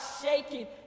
shaking